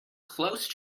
close